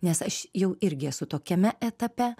nes aš jau irgi esu tokiame etape